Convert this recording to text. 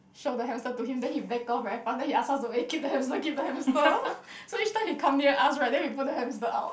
show the hamster to him then he back off very fast then he ask us to eh keep the hamster keep the hamster so each time he come near us right then we put the hamster out